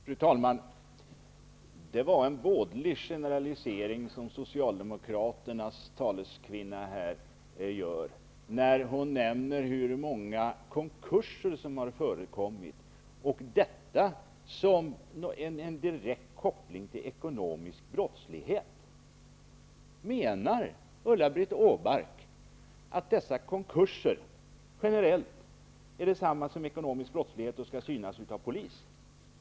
Fru talman! Det är en vådlig generalisering som Socialdemokraternas taleskvinna gör när hon nämner hur många konkurser som har förekommit och sedan gör en direkt koppling till ekonomisk brottslighet. Menar Ulla-Britt Åbark att dessa konkurser generellt är detsamma som ekonomisk brottslighet och att de skall synas av polis?